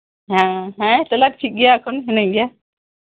ᱦᱮᱸ ᱦᱮᱸ ᱛᱟᱦᱞᱮ ᱴᱷᱤᱠ ᱜᱮᱭᱟ ᱮᱠᱷᱚᱱ ᱦᱤᱱᱟᱹᱧ ᱜᱮᱭᱟ